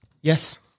Yes